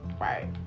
right